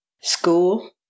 School